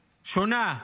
שונה.